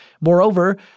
Moreover